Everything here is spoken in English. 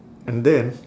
and then